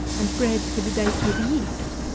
and bread to be baked with the yeast.